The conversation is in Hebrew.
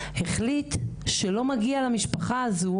החליט שלא מגיע למשפחה הזו,